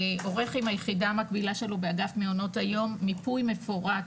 עורך עם היחידה המקבילה שלו באגף מעונות היום מיפוי מפורט